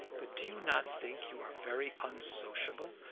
but do you not think you are very unsociable,